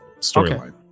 storyline